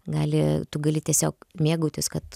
gali tu gali tiesiog mėgautis kad